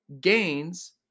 gains